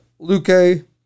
Luque